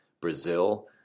Brazil